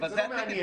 זה לא מעניין.